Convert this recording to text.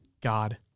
God